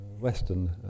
Western